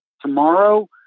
Tomorrow